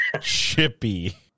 Chippy